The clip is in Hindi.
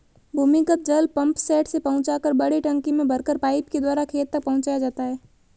भूमिगत जल पम्पसेट से पहुँचाकर बड़े टंकी में भरकर पाइप के द्वारा खेत तक पहुँचाया जाता है